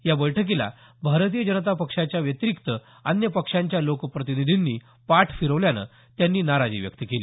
या बैठकीला भारतीय जनता पक्षाच्या व्यतिरिक्त अन्य पक्षांच्या लोकप्रतिनीधींनी पाठ फिरवल्यामुळे त्यांनी नाराजी व्यक्त केली